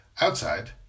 Outside